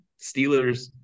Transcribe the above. Steelers